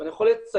ואני יכול לציין